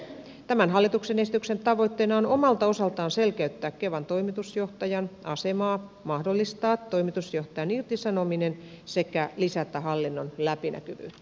tämän hallituksen esityksen tavoitteena on omalta osaltaan selkeyttää kevan toimitusjohtajan asemaa mahdollistaa toimitusjohtajan irtisanominen sekä lisätä hallinnon läpinäkyvyyttä